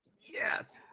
Yes